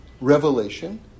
revelation